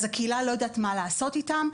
אז הקהילה לא יודעת מה לעשות איתם,